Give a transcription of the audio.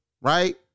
right